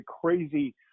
crazy